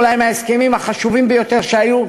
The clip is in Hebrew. אולי מההסכמים החשובים ביותר שהיו.